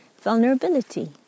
vulnerability